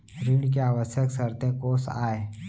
ऋण के आवश्यक शर्तें कोस आय?